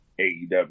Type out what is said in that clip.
AEW